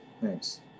Thanks